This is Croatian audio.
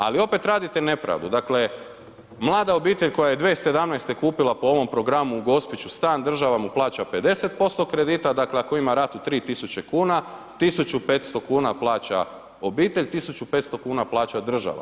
Ali opet radite nepravdu, dakle mlada obitelj koja je 2017. kupila po ovom programu u Gospiću stan država mu plaća 50% kredita, dakle ako ima ratu 3000 kuna 1500 kuna plaća obitelj, 1500 kuna plaća država.